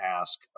ask